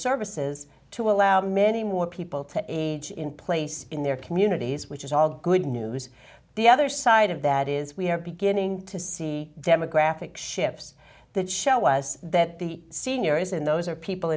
services to allow many more people to age in place in their communities which is all good news the other side of that is we are beginning to see demographic shifts that show us that the senior is in those are people